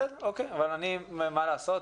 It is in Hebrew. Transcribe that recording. בסדר אבל מה לעשות,